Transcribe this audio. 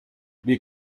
wir